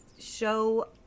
show